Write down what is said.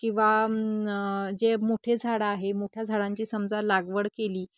किंवा जे मोठे झाडं आहे मोठ्या झाडांची समजा लागवड केली